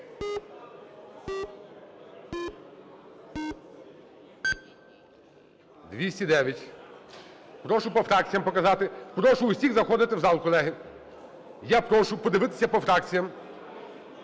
За-209 Прошу по фракціях показати. Прошу всіх заходити в зал, колеги. Я прошу подивитися по фракціях.